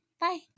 Bye